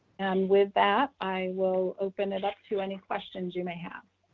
and with that, i will open it up to any questions you may have.